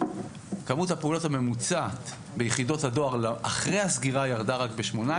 כמות הפעולות הממוצעת ביחידות הדואר אחרי הסגירה ירדה רק ב18%,